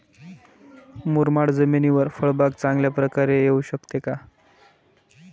मुरमाड जमिनीवर फळबाग चांगल्या प्रकारे येऊ शकते का?